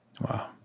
Wow